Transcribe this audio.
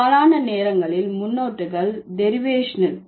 பெரும்பாலான நேரங்களில் முன்னொட்டுகள் டெரிவேஷனல்